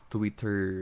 Twitter